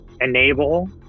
enable